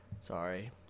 Sorry